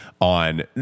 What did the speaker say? on